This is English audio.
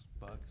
Bucks